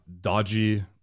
dodgy